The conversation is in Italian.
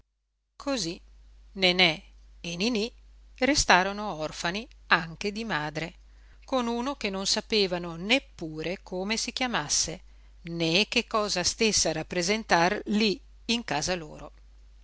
nenè e niní restarono orfani anche di madre con uno che non sapevano neppure come si chiamasse né che cosa stesse a rappresentar lí in casa loro